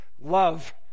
love